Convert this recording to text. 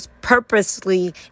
purposely